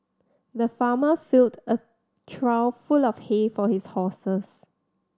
the farmer filled a trough full of hay for his horses